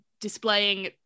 displaying